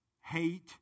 hate